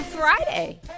Friday